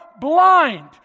blind